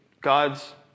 God's